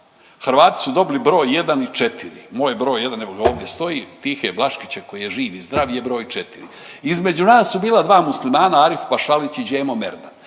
Hrvati su dobili broj jedan i četiri. Moj broj jedan evo ga ovdje stoji Tihe Blaškića koji je živ i zdrav je broj četiri. Između nas su bila dva Muslimana Arif Pašalić i Đžemo Merdan.